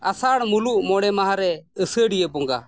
ᱟᱥᱟᱲ ᱢᱩᱞᱩᱜ ᱢᱚᱬᱮ ᱢᱟᱦᱟᱨᱮ ᱟᱹᱥᱟᱹᱲᱤᱭᱟᱹ ᱵᱚᱸᱜᱟ